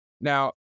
Now